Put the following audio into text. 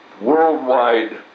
Worldwide